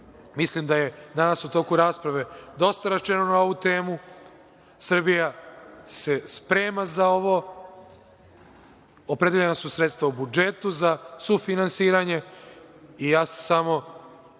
mislim da je danas u toku rasprave dosta rečeno na ovu temu. Srbija se sprema za ovo. Opredeljena su sredstva u budžetu za sufinansiranje i samo